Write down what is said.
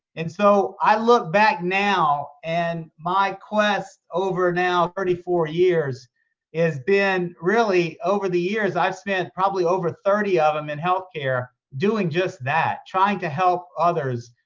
and so i look back now and my quest over now thirty four years is been, really over the years i've spent probably over thirty of them in healthcare doing just that, trying to help others.